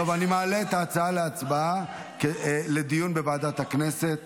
אני רק אומרת שלצערי הרב יש לנו חוק שמחייב אותנו להליך ביורוקרטי,